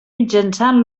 mitjançant